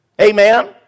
Amen